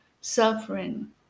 suffering